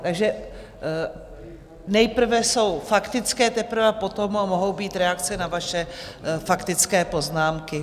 Takže nejprve jsou faktické, teprve potom mohou být reakce na vaše faktické poznámky.